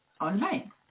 online